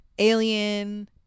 Alien